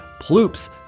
Ploops